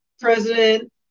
president